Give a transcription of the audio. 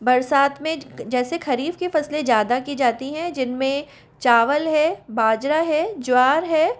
बरसात में जैसे खरीफ की फसलें ज़्यादा की जाती हैं जिनमें चावल है बाजरा है ज्वार है